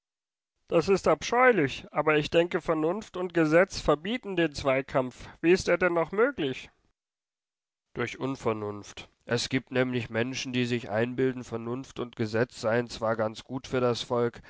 das ist abscheulich aber ich denke vernunft und gesetz verbieten den zweikampf wie ist er denn noch möglich durch unvernunft es gibt nämlich menschen die sich einbilden vernunft und gesetz seien zwar ganz gut für das volk